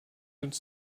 uns